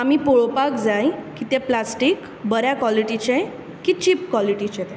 आमी पळोवपाक जाय की तें प्लास्टिक बऱ्या क्वालिटिचें की चीप क्वालिटिचें तें